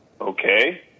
Okay